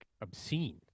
obscene